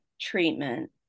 treatment